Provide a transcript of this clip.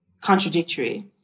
contradictory